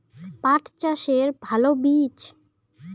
পাঠ চাষের ভালো বীজ?